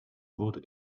wurde